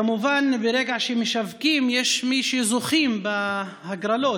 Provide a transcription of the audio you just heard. כמובן, ברגע שמשווקים, יש מי שזוכים בהגרלות.